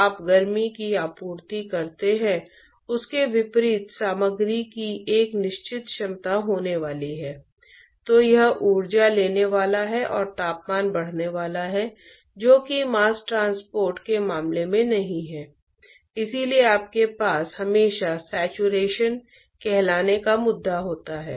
इसलिए हम सीमा परतों को देखते हैं और फिर हम उन उपमाओं को देखेंगे जो उन्हें समान बनाती हैं और वे कितनी समान हैं और हम इन तीन ट्रांसपोर्ट प्रक्रियाओं की विशेषता के लिए इस समानता का लाभ कैसे उठाते हैं